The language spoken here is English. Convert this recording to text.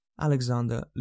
Alexander